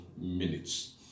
minutes